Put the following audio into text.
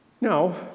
Now